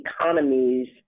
economies